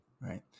Right